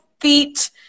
feet